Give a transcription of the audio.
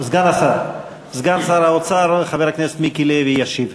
סגן שר האוצר, חבר הכנסת מיקי לוי ישיב.